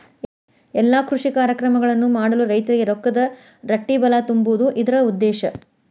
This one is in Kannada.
ಎಲ್ಲಾ ಕೃಷಿ ಕಾರ್ಯಕ್ರಮಗಳನ್ನು ಮಾಡಲು ರೈತರಿಗೆ ರೊಕ್ಕದ ರಟ್ಟಿಬಲಾ ತುಂಬುದು ಇದ್ರ ಉದ್ದೇಶ